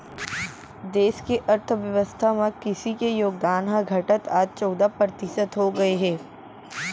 देस के अर्थ बेवस्था म कृसि के योगदान ह घटत आज चउदा परतिसत हो गए हे